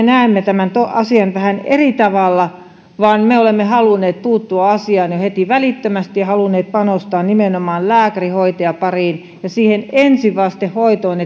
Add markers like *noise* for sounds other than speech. *unintelligible* näemme asian vähän eri tavalla me olemme halunneet puuttua asiaan jo heti välittömästi ja halunneet panostaa nimenomaan lääkäri hoitaja pariin ja siihen ensivastehoitoon *unintelligible*